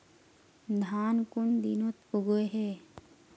धान कुन दिनोत उगैहे